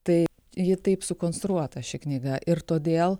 tai ji taip sukonstruota ši knyga ir todėl